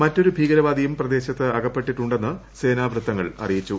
മറ്റൊരു ഭീകരവാദിയും പ്രദേശത്ത് അകപ്പെട്ടിട്ടുണ്ടെന്ന് സേനാ വൃത്തങ്ങൾ അറിയിച്ചു